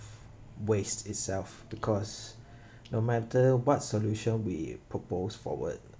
waste itself because no matter what solution we propose forward